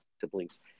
siblings